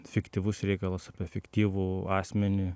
fiktyvus reikalas apie fiktyvų asmenį